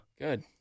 Good